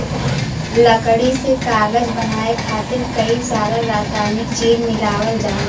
लकड़ी से कागज बनाये खातिर कई सारा रासायनिक चीज मिलावल जाला